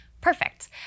Perfect